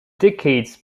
decades